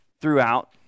throughout